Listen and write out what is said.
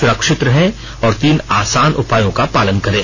सुरक्षित रहें और तीन आसान उपायों का पालन करें